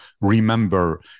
remember